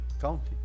county